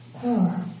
power